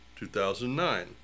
2009